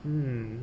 mm